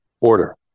order